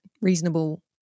reasonable